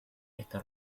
está